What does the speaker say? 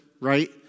right